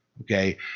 okay